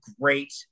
great